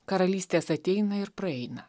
karalystės ateina ir praeina